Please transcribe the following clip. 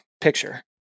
picture